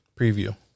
preview